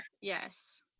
Yes